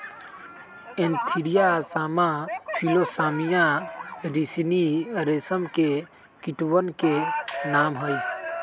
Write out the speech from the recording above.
Antheraea assama Philosamia ricini रेशम के कीटवन के नाम हई